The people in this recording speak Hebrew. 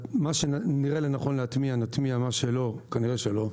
מה שנראה לנכון להטמיע נטמיע, ומה שלא, כנראה שלא.